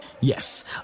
Yes